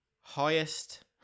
highest